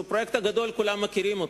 שהוא פרויקט גדול וכולם מכירים אותו,